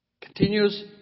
Continues